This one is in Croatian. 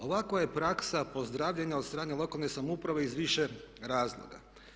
Ovakva je praksa pozdravljena od strane lokalne samouprave iz više razloga.